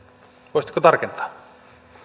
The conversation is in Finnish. voisitteko tarkentaa